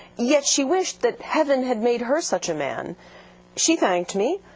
yet she wished that heaven had made her such a man she thanked me,